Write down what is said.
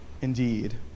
indeed